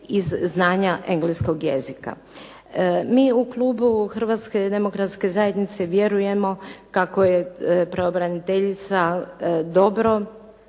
iz znanja engleskog jezika. Mi u klubu Hrvatske demokratske zajednice vjerujemo kako je pravobraniteljica dobro